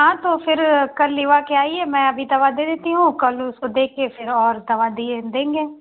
हाँ तो फिर कल लेकर आइए मैं अभी दवा दे देती हूँ कल उसको देखकर फिर और दवा दे देंगे